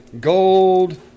Gold